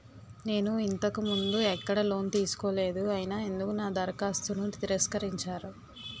నేను ఇంతకు ముందు ఎక్కడ లోన్ తీసుకోలేదు అయినా ఎందుకు నా దరఖాస్తును తిరస్కరించారు?